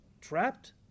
Trapped